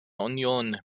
union